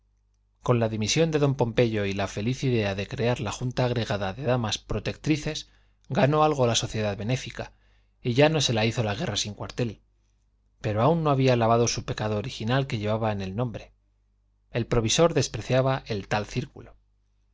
con la dimisión de don pompeyo y la feliz idea de crear la junta agregada de damas protectrices ganó algo la sociedad benéfica y ya no se la hizo guerra sin cuartel pero aún no había lavado su pecado original que llevaba en el nombre el provisor despreciaba el tal círculo